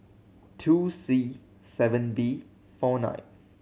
two C seven B four nine